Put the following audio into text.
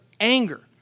anger